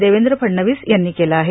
देवेंद्र फडणवीस यांनी केलं आहे